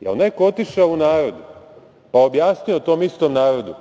Da li je neko otišao u narod, pa objasnio tom istom narodu